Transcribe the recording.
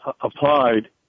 applied